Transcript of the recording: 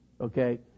Okay